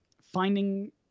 finding